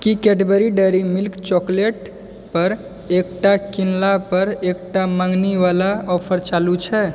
की Cadbury Dairy Milk चॉकलेटपर एकटा किनलापर एकटा मँगनीवला ऑफर चालू छै